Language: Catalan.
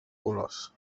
colors